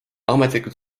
ametlikult